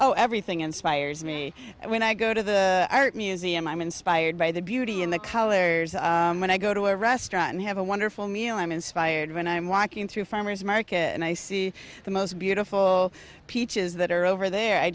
oh everything inspires me when i go to the art museum i'm inspired by the beauty and the colors and when i go to a restaurant and have a wonderful meal i'm inspired when i'm walking through a farmer's market and i see the most beautiful peaches that are over there i